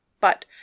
but